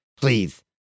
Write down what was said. Please